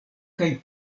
kaj